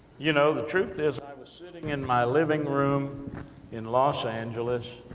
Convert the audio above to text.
you know the truth is, i was sitting in my living room in los angeles,